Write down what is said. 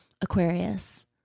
Aquarius